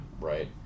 Right